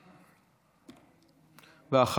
בבקשה.